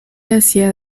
hacia